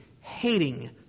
hating